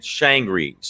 Shangri